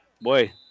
Boy